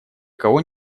кого